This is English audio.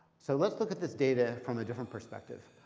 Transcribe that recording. so let's look at this data from a different perspective.